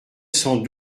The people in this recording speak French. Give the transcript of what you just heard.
cent